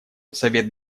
совет